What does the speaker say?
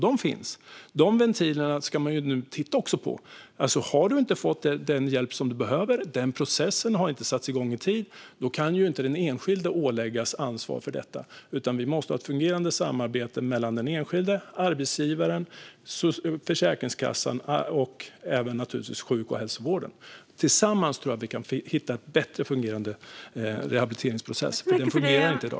De finns, och dessa ventiler ska man nu titta på. Om en person inte har fått den hjälp som behövs - om den processen inte har satts igång i tid - kan inte den enskilde åläggas ansvar för detta, utan vi måste ha ett fungerande samarbete mellan den enskilde, arbetsgivaren, Försäkringskassan och även naturligtvis sjuk och hälsovården. Tillsammans tror jag att vi kan hitta en bättre fungerande rehabiliteringsprocess eftersom den inte fungerar i dag.